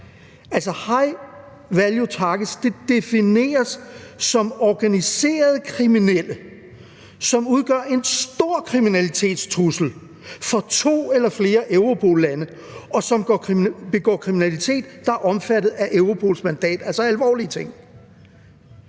high value targets defineres som organiserede kriminelle, som udgør en stor kriminalitetstrussel for to eller flere Europol-lande, og som begår kriminalitet, der er omfattet af i Europols mandat, altså alvorlige ting.